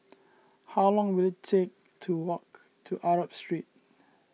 how long will it take to walk to Arab Street